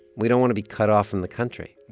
we don't want to be cut off from the country,